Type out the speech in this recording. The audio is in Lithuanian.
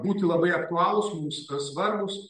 būti labai aktualūs mums svarbūs